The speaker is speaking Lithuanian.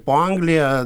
po angliją